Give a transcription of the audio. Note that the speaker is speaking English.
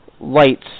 lights